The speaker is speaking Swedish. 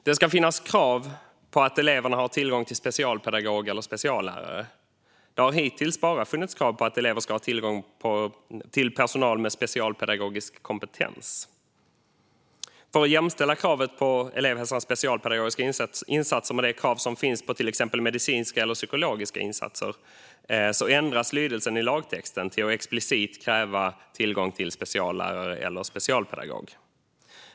Det ska finnas krav på att eleverna har tillgång till specialpedagog eller speciallärare. Det har hittills bara funnits krav på att elever ska ha tillgång till personal med specialpedagogisk kompetens. För att jämställa kravet på elevhälsans specialpedagogiska insatser med det krav som finns på exempelvis medicinska eller psykologiska insatser ändras lydelsen i lagtexten till att explicit kräva tillgång till speciallärare eller specialpedagog.